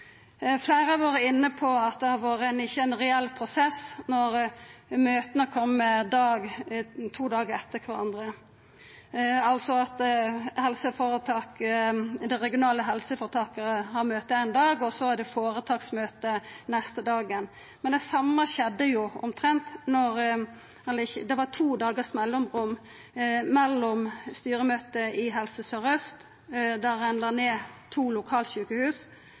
Fleire har vore inne på at det ikkje har vore ein reell prosess når møta kom to dagar etter kvarandre, altså at det regionale helseføretaket hadde møte éin dag, og så er det føretaksmøte neste dagen. Det var omtrent det same som skjedde, for det var to dagars mellomrom mellom styremøtet i Helse Sør-Øst der ein la ned to lokalsjukehus,